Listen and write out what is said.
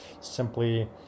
simply